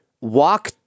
Walk